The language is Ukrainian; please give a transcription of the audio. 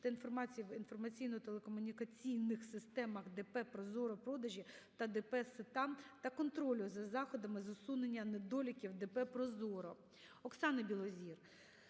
в інформаційно-телекомунікаційних системах ДП "Прозорро Продажі" та ДП "СЕТАМ" та контролю за заходами з усунення недоліків ДП "ПРОЗОРО". Оксани Білозір